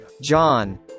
John